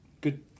good